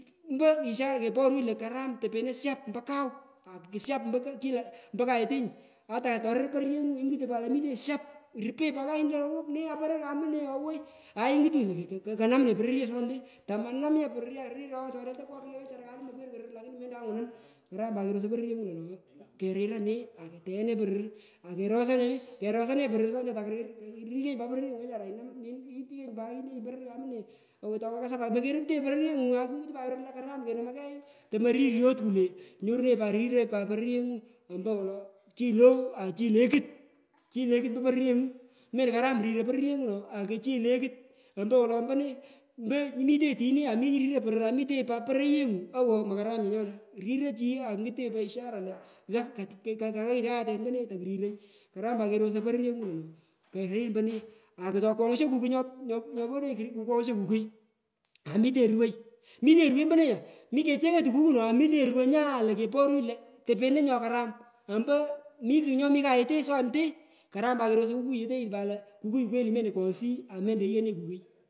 Mpo ishara keporunyi lo topene shap ompo kau akushap ompo kila ompo kayetenyu atakatorir pororyengu ingutu pat lo mitenyi shap rupenyi pat kayini lo wup ne nya poror kamune owoi aai ingutunyi nya lo kanam ne pororye aswanete, tomanamiye pororye arir ooh tareito saya kulo koluman pororye karir lakini mento kaghanan karan pat kerosoi pororyengu lo no karira ne aketegha ne poror akesora lone kesore ne poror swanete takarir rikenyi pat poroiyengu wechara ainam itighonyi nai ilenju pat poror kamune owoi tokakasa pat mokeruptegho roro ryengu kungutu pat lo karam menomoi kegh tomoriryot kule nyorunenyi pat riroi kule poronyengu ompowolo chinyi low achinyi lekut. Chinyi lekut ompo pororyengu melokaram riroi pororyengu no akuchinyi lekut ompo olo mpone impo mitenyi tini akumi kuriroi poror amitenyi pat porogengu owo makaramoye nyona riroi chi akungut ye peshara lo gha kakut kaghayit kayata ompone tokuriroi ikaram pat kerosoi poroyangu wolu barir ompone akutokwoghsho kukui nyopor odeny kukwoghsho kukui amitenyi ruwoi mitengi ruwei ompone nya mi kechengoi tukutu no amitenyi ruwoi nya lo keporunyi lo topeno nyo karam ompomi kugh nyomi kayete swanete karam pat kerosoi kukuyetenyi pat lo kukui kweli melokwoghshinyi amelo ighone kukui.